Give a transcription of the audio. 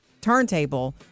turntable